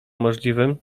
możliwym